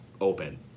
open